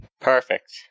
Perfect